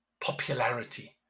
popularity